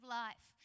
life